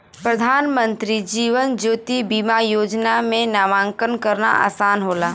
प्रधानमंत्री जीवन ज्योति बीमा योजना में नामांकन करना आसान होला